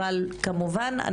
אבל כמובן,